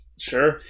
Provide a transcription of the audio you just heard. Sure